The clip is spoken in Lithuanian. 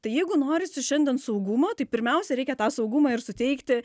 tai jeigu norisi šiandien saugumo tai pirmiausia reikia tą saugumą ir suteikti